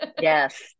Yes